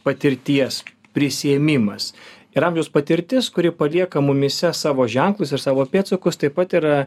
patirties prisiėmimas ir amžiaus patirtis kuri palieka mumyse savo ženklus ir savo pėdsakus taip pat yra